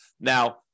Now